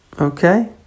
Okay